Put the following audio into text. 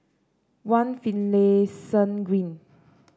One Finlayson Green